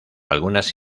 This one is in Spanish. algunas